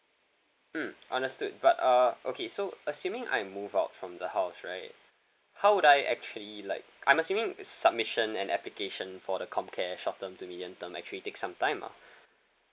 mm understood but uh okay so assuming I move out from the house right how would I actually like I'm assuming submission and application for the comcare short term to medium term actually take some time ah